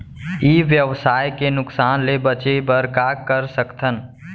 ई व्यवसाय के नुक़सान ले बचे बर का कर सकथन?